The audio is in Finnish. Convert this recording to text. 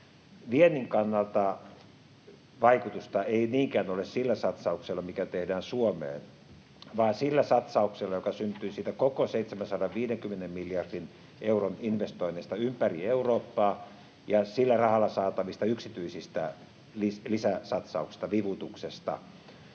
Viennin kannalta vaikutusta ei niinkään ole sillä satsauksella, mikä tehdään Suomeen, vaan sillä satsauksella, joka syntyy siitä koko 750 miljardin euron investoinnista ympäri Eurooppaa ja sillä rahalla saatavista yksityisistä lisäsatsauksista, vivutuksesta.